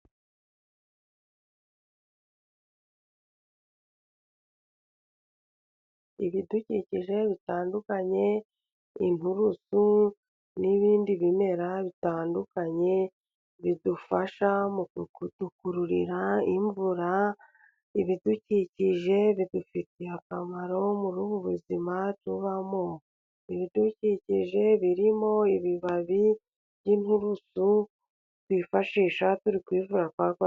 Ibidukikije bitandukanye， inturusu n'ibindi bimera bitandukanye， bidufasha mu kudukururira imvura， ibidukikije bidufitiye akamaro muri ubu buzima tubamo. Ibidukikije birimo ibibabi by'inturusu，twifashisha turi kwivura.....